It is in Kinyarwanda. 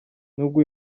n’ubwo